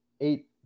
eight